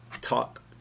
Talk